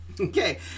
Okay